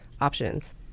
options